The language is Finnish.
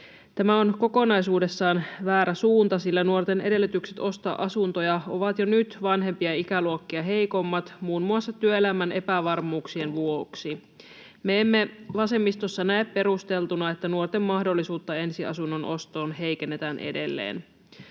Tämä on kokonaisuudessaan väärä suunta, sillä nuorten edellytykset ostaa asuntoja ovat jo nyt vanhempia ikäluokkia heikommat muun muassa työelämän epävarmuuksien vuoksi. Me emme vasemmistossa näe perusteltuna, että nuorten mahdollisuutta ensiasunnon ostoon heikennetään edelleen.